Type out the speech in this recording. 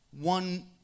one